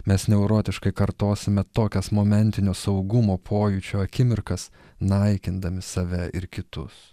mes neurotikai kartosime tokias momentinio saugumo pojūčio akimirkas naikindami save ir kitus